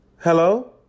Hello